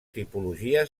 tipologia